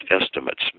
estimates